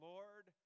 Lord